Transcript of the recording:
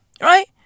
Right